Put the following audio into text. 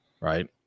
right